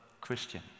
Christian